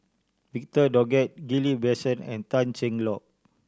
Victor Doggett Ghillie Basan and Tan Cheng Lock